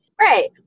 Right